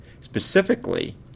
specifically